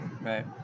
Right